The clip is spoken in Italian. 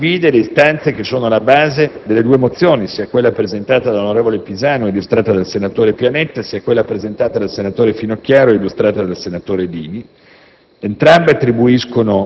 il Governo condivide le istanze alla base delle due mozioni, sia quella presentata dal senatore Pisanu e illustrata dal senatore Pianetta, sia quella presentata dalla senatrice Finocchiaro e illustrata dal senatore Dini.